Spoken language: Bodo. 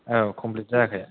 औ कमप्लित जायाखै